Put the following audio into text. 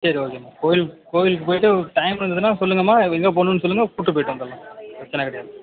சரி ஓகேமா கோயிலுக் கோயிலுக்கு போயிவிட்டு டைம் இருந்துதுனால் சொல்லுங்கம்மா எங்கே போகணுனு சொல்லுங்க கூட்டு போயிவிட்டு வந்துடலாம் பிரச்சின கிடையாது